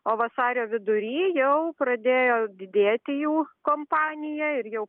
o vasario vidury jau pradėjo didėti jų kompanija ir jau